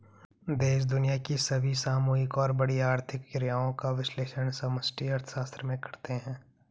देश दुनिया की सभी सामूहिक और बड़ी आर्थिक क्रियाओं का विश्लेषण समष्टि अर्थशास्त्र में करते हैं